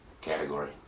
category